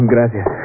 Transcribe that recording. Gracias